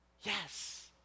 Yes